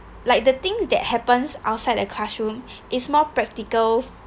like the things that happens outside the classroom is more practical